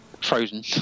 Frozen